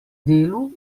delu